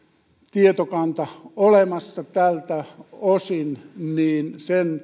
tietokanta olemassa tältä osin niin tämä sen